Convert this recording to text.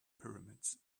pyramids